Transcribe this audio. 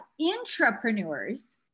intrapreneurs